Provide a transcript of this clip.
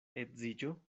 edziĝo